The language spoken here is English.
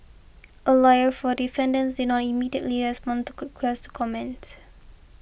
a lawyer for defendants did not immediately respond to requests comment